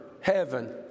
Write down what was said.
heaven